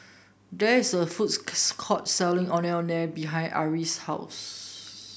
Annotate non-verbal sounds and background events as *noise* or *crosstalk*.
there is a foods *unintelligible* court selling Ondeh Ondeh behind Ari's house